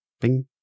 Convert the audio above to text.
Bing